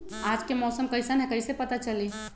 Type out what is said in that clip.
आज के मौसम कईसन हैं कईसे पता चली?